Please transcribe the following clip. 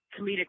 comedic